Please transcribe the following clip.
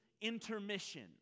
intermission